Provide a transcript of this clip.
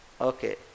Okay